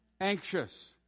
anxious